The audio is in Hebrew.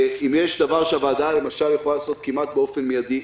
אם יש דבר שהוועדה יכולה לעשות כמעט באופן מידי,